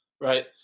right